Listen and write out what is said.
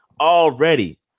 already